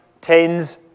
tens